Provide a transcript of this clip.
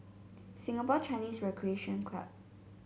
Singapore Chinese Recreation Club